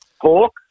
pork